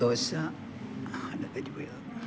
ദോശ അല്ല തെറ്റിപോയി അത്